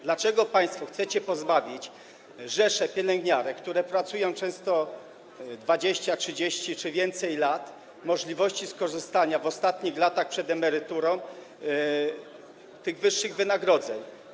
Dlaczego państwo chcecie pozbawić rzeszę pielęgniarek, które pracują często 20, 30 czy więcej lat, możliwości skorzystania w ostatnich latach przed emeryturą z tych wyższych wynagrodzeń?